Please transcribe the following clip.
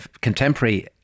contemporary